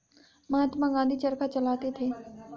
महात्मा गांधी चरखा चलाते थे